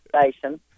station